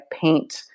paint